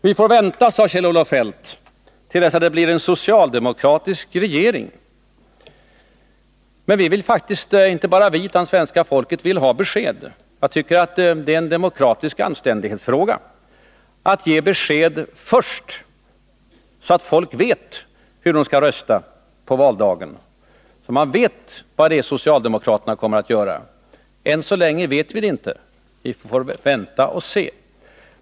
Vi får vänta, sade Kjell-Olof Feldt, till dess att det blir en socialdemokratisk regering. Men inte bara vi utan hela svenska folket vill faktiskt ha besked. Jag tycker att det är en demokratisk anständighetsfråga att man skall ge besked först, så att medborgarna vet hur de skall rösta på valdagen, så att man vet vad det är socialdemokraterna kommer att göra. Än så länge vet vi det inte. Vi får vänta och se.